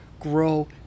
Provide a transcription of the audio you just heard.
grow